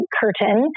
curtain